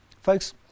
Folks